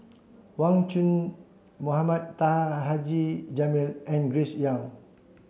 Wang Chunde Mohamed Taha Haji Jamil and Grace Young